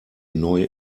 neu